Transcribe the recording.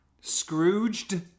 Scrooged